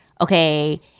okay